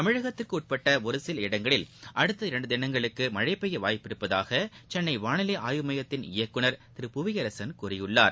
தமிழகத்திற்கு உட்பட்ட ஒரு சில இடங்களில் அடுத்த இரு தினங்ளுக்கு மழழ பெய்ய வாய்ப்புள்ளதாக சென்னை வாளிலை ஆய்வு மையத்தின் இயக்குனர் திரு புவியரசன் கூறியுள்ளார்